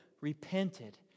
repented